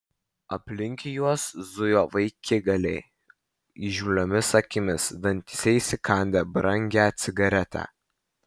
aplink juos zujo vaikigaliai įžūliomis akimis dantyse įsikandę brangią cigaretę